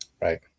Right